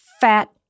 fat